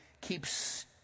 keeps